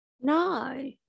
No